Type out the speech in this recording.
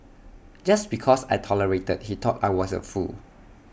just because I tolerated he thought I was A fool